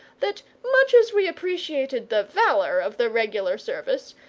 that much as we appreciated the valour of the regular service,